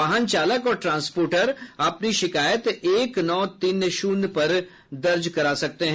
वाहन चालक और ट्रांसपोर्टर अपनी शिकायत एक नौ तीस शून्य पर दर्ज करा सकते हैं